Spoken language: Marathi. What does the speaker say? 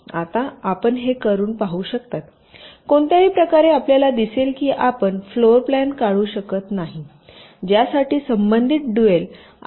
आता आपण हे करून पाहू शकता कोणत्याही प्रकारे आपल्याला दिसेल की आपण फ्लोर प्लॅन काढू शकत नाही ज्यासाठी संबंधित ड्युअल आलेख असा असेल